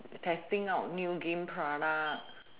testing out new game product